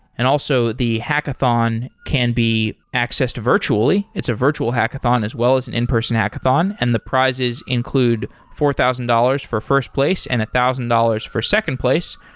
and also, the hackathon can be accessed virtually. it's a virtual hackathon, as well as an in-person hackathon, and the prizes include four thousand dollars for first place, and one thousand dollars for second place.